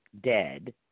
dead